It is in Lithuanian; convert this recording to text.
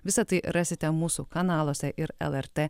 visa tai rasite mūsų kanaluose ir lrt